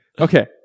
Okay